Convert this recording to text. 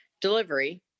delivery